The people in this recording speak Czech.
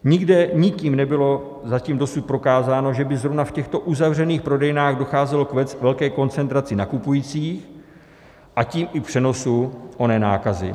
Nikde nikým nebylo zatím dosud prokázáno, že by zrovna v těchto uzavřených prodejnách docházelo k velké koncentraci nakupujících, a tím i přenosu oné nákazy.